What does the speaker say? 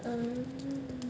um